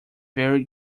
very